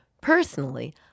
Personally